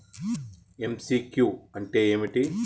MCQ అంటే ఏమిటి?